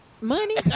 Money